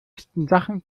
schmutzigsten